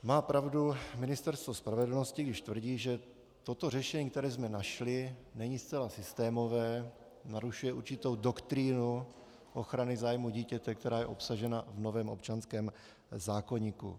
Má pravdu Ministerstvo spravedlnosti, když tvrdí, že toto řešení, které jsme našli, není zcela systémové, narušuje určitou doktrínu ochrany zájmu dítěte, která je obsažena v novém občanském zákoníku.